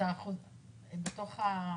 את יכולה